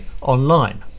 online